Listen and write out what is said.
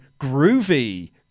groovy